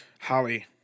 Holly